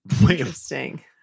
Interesting